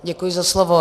Děkuji za slovo.